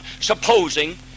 supposing